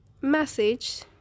message